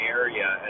area